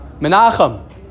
Menachem